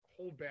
holdback